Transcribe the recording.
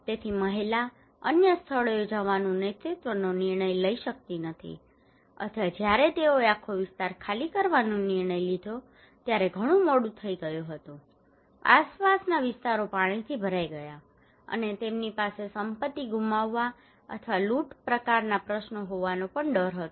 તેથી મહિલા અન્ય સ્થળોએ જવાનું નેતૃત્વનો નિર્ણય લઈ શકતી નથી અથવા જ્યારે તેઓએ આખો વિસ્તાર ખાલી કરાવવાનો નિર્ણય લીધો ત્યારે ઘણી મોડું થઈ ગયું હતું આસપાસના વિસ્તારો પાણીથી ભરાઈ ગયા હતા અને તેમની પાસે સંપત્તિ ગુમાવવા અથવા લૂંટના પ્રકારના પ્રશ્નો હોવાનો ડર પણ છે